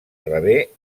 rebé